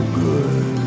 good